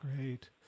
Great